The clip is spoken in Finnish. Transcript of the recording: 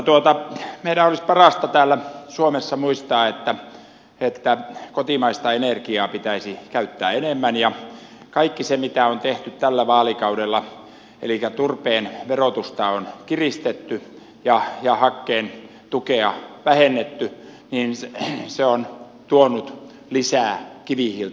meidän olisi parasta täällä suomessa muistaa että kotimaista energiaa pitäisi käyttää enemmän ja kaikki se mitä on tehty tällä vaalikaudella elikkä turpeen verotusta on kiristetty ja hakkeen tukea vähennetty on tuonut lisää kivihiiltä